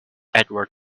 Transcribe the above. edward